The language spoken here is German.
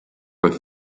bei